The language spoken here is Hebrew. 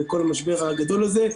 בכל המשבר הגדול הזה,